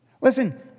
Listen